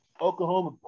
Oklahoma